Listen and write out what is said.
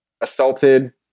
assaulted